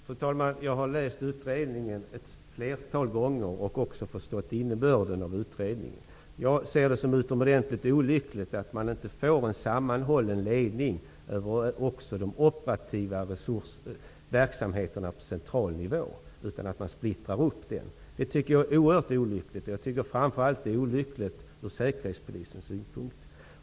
Fru talman! Jag har läst utredningen ett flertal gånger, och jag har också förstått innebörden av den. Jag ser det som utomordentligt olyckligt att det inte blir en sammanhållen ledning också över de operativa verksamheterna på central nivå utan att den splittras upp. Detta är oerhört olyckligt. Framför allt är det olyckligt från Säkerhetspolisens synpunkt.